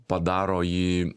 padaro jį